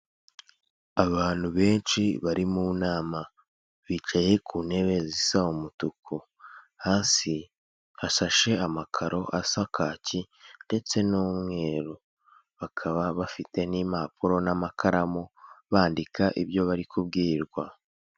Abantu benshi bari mu nama bicaye ku ntebe zisa umutuku hasi hasashe amakaro asa kacyi ndetse n'umweru, bakaba bafite n'impapuro n'amakaramu bandika ibyo bari kubwirwa.